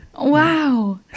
wow